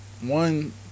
one